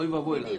אוי ואבוי לנו.